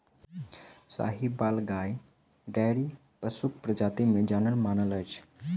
साहिबाल गाय डेयरी पशुक प्रजाति मे जानल मानल अछि